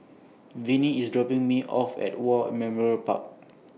Vinnie IS dropping Me off At War Memorial Park